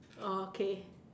okay